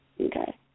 Okay